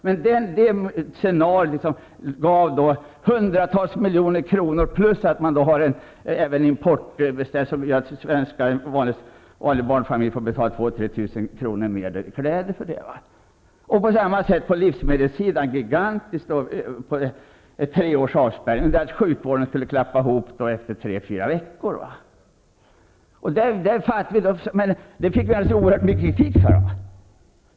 Men för att möta det scenariot satsades hundratals miljoner kronor, och dessutom har vi de importrestriktioner som gör att en vanlig svensk barnfamilj fick betala 2 000--3 000 kr. mer för kläder. Samma långa uthållighet gavs på livsmedelssidan, för att möta tre års avspärrning. Men sjukvården klappade ihop redan efter tre fyra veckor. Det fick vi oerhört mycket kritik för, att vi införde insatstider rätt över.